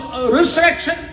resurrection